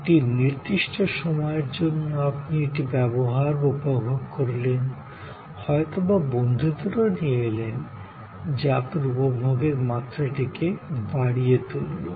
একটি নির্দিষ্ট সময়ের জন্য আপনি এটি ব্যবহার বা উপভোগ করলেন হয়তো বা বন্ধুদেরও নিয়ে এলেন যা আপনার উপভোগের মাত্রাটিকে বাড়িয়ে তুললো